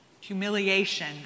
humiliation